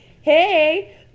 hey